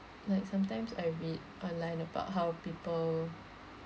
like sometimes I read online about how people